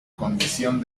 condición